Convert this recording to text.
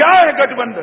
क्या है गठबंधन